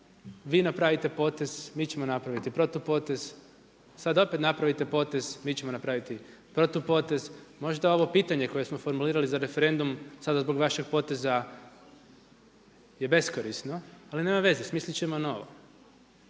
vi napravite potez, mi ćemo napraviti protupotez, sada opet napravite potez, mi ćemo napraviti protupotez. Možda ovo pitanje koje smo formulirali za referendum sada zbog vašeg poteza je beskorisno, ali nema veze smislit ćemo novo.